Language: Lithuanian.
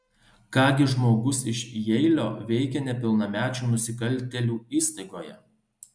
ką gi žmogus iš jeilio veikia nepilnamečių nusikaltėlių įstaigoje